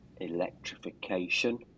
electrification